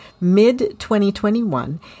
mid-2021